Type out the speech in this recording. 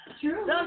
True